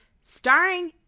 starring